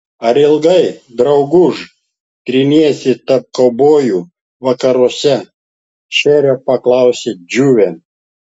ar ilgai drauguž tryneisi tarp kaubojų vakaruose šerio paklausė džiuvė